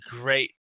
great